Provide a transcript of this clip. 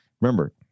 remember